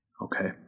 Okay